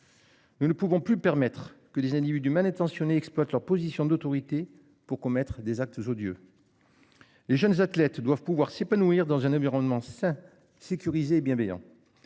Nous ne pouvons plus permettre que des individus manettes exploitent leur position d'autorité pour commettre des actes odieux. Les jeunes athlètes doivent pouvoir s'épanouir dans un environnement sain sécurisé bien.